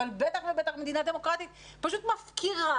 אבל בטח ובטח מדינה דמוקרטית פשוט מפקירה